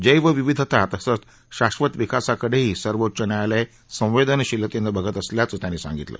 जध्वीविधता तसंच शाश्वत विकासाकडेही सर्वोच्च न्यायालय संवेदनशीलतेनं बघत असल्याचं त्यांनी सांगितलं